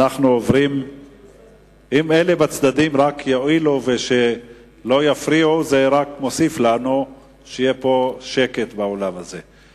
אנחנו עוברים להצבעה בקריאה ראשונה על